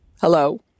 Hello